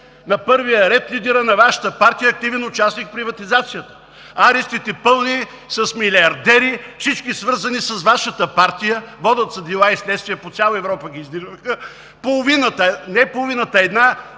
На първия ред лидерът на Вашата партия е активен участник в приватизацията. Арестите – пълни с милиардери, всички свързани с Вашата партия, водят се дела и следствия. По цяла Европа ги издирваха. Половината, не половината, една